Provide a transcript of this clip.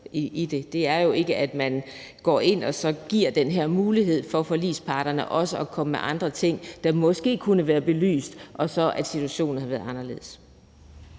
Det er jo ikke sådan, at man går ind og giver forligsparterne den her mulighed for også at komme med andre ting, der måske kunne være belyst, og at situationen så havde været anderledes.